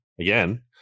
again